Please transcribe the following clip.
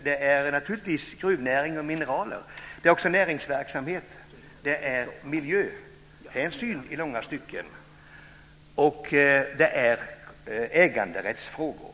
Det omfattar naturligtvis gruvnäring och mineraler men också näringsverksamhet, i långa stycken miljöhänsyn och även äganderättsfrågor. Tack ska ni ha allesammans!